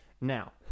Now